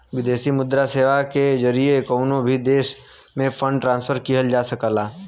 विदेशी मुद्रा सेवा के जरिए कउनो भी देश में फंड ट्रांसफर किहल जा सकला